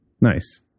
Nice